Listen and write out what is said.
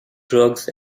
drugs